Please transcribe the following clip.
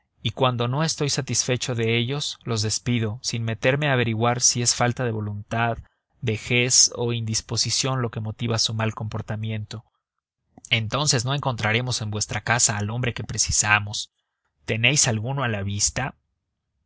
y cuando no estoy satisfecho de ellos los despido sin meterme a averiguar si es falta de voluntad vejez o indisposición lo que motiva su mal comportamiento entonces no encontraremos en vuestra casa el hombre que precisamos tenéis alguno a la vista